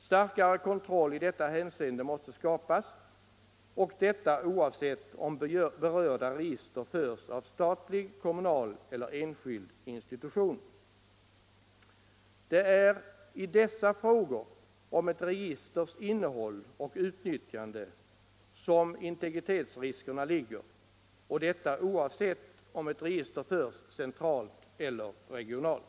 Starkare kontroll i detta hänseende måste skapas och detta oavsett om berörda register förs av statlig, kommunal eller enskild institution. Det är i dessa frågor om ett registers innehåll och utnyttjande som integritetsriskerna ligger och detta oavsett om ett register förts centralt eller regionalt.